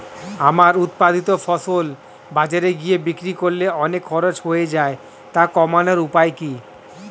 আমার উৎপাদিত ফসল বাজারে গিয়ে বিক্রি করলে অনেক খরচ হয়ে যায় তা কমানোর উপায় কি?